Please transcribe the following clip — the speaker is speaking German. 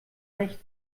nicht